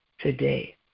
Today